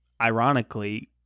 ironically